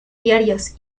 diarios